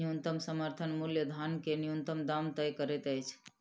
न्यूनतम समर्थन मूल्य धान के न्यूनतम दाम तय करैत अछि